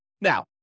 Now